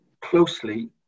closely